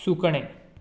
सुकणें